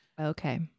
Okay